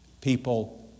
people